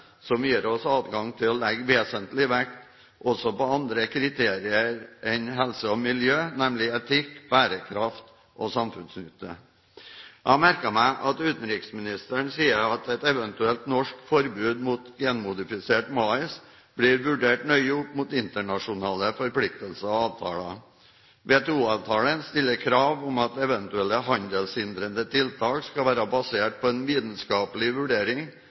som gir oss adgang til å legge vesentlig vekt også på andre kriterier enn helse og miljø, nemlig etikk, bærekraft og samfunnsnytte. Jeg har merket meg at utenriksministeren sier at et eventuelt norsk forbud mot genmodifisert mais blir vurdert nøye opp mot internasjonale forpliktelser og avtaler. WTO-avtalen stiller krav om at eventuelle handelshindrende tiltak skal være basert på en vitenskapelig vurdering